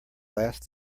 last